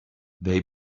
they